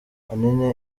ahanini